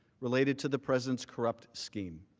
related to the president's corrupt scheme.